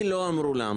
לא פתחו לו.